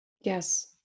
yes